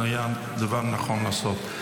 זה היה דבר נכון לעשות.